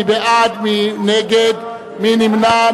מי בעד, מי נגד, מי נמנע?